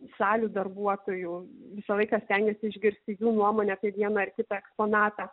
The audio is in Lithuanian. salių darbuotojų visą laiką stengiuosi išgirsti jų nuomonę apie vieną ar kitą eksponatą